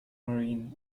marine